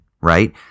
right